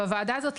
בוועדה הזאת,